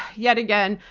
yet again,